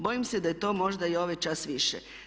Bojim se da je to možda i ovaj čas više.